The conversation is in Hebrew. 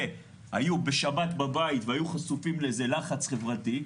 היו בשבת בבית והיו חשופים לאיזה לחץ חברתי,